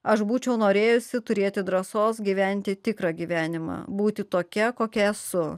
aš būčiau norėjusi turėti drąsos gyventi tikrą gyvenimą būti tokia kokia esu